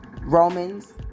Romans